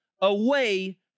away